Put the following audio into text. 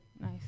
Nice